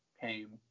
came